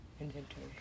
Inventory